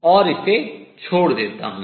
और इसे छोड़ देता हूँ